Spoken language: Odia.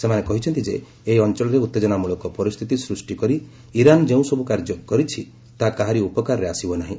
ସେମାନେ କହିଛନ୍ତି ଯେ ଏହି ଅଞ୍ଚଳରେ ଉତ୍ତେଜନାମୂଳକ ପରିସ୍ଥିତି ସୃଷ୍ଟି କରି ଇରାନ୍ ଯେଉଁ କାର୍ଯ୍ୟ ସବୁ କରୁଛି ତାହା କାହାରି ଉପକାରରେ ଆସିବ ନାହିଁ